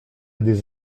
des